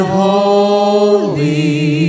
holy